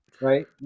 Right